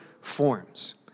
forms